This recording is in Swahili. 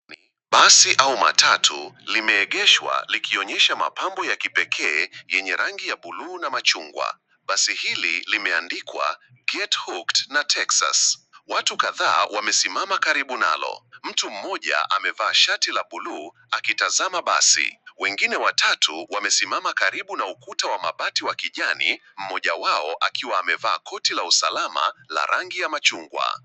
Basi au matatu limeegeshwa likionyesha mapambo ya kipekee yenye rangi ya buluu na machungwa. Basi hili limeandikwa get hooked na texas. Watu kadhaa wamesimama karibu nalo. Mtu mmoja amevaa shati la buluu akitazama basi. Wengine watatu wamesimama karibu na ukuta wa mabati wa kijani mmoja wao akiwa amevaa koti la usalama la rangi ya machungwa.